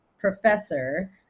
professor